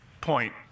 Point